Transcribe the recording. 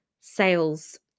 sales